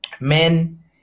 Men